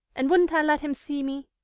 and wouldn't i let him see me?